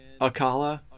Akala